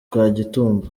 kagitumba